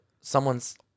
someone's